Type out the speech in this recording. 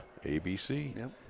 ABC